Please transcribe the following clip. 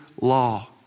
law